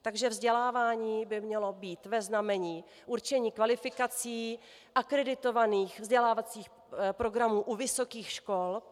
Takže vzdělávání by mělo být ve znamení určení kvalifikací akreditovaných vzdělávacích programů u vysokých škol.